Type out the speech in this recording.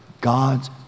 God's